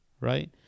right